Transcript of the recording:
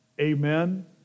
Amen